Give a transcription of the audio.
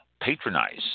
patronize